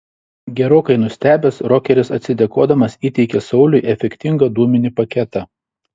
gerokai nustebęs rokeris atsidėkodamas įteikė sauliui efektingą dūminį paketą